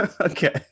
okay